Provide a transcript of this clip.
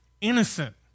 Innocent